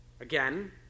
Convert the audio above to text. Again